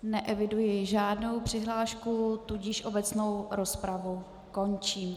Neeviduji žádnou přihlášku, obecnou rozpravu končím.